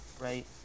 Right